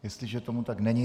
Jestliže tomu tak není...